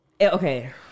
okay